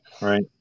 Right